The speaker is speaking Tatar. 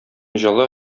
җылы